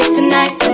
tonight